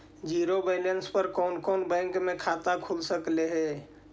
Zero balance पर कोन कोन बैंक में खाता खुल सकले हे?